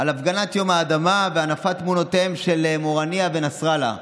על הפגנת יום האדמה והנפת תמונותיהם של מורנייה ונסראללה.